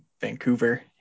Vancouver